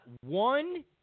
one